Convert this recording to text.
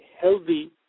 healthy